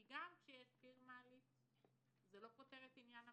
כי גם כשיש פיר מעלית זה לא פותר את עניין המעלית.